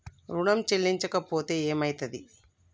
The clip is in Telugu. ఋణం చెల్లించకపోతే ఏమయితది?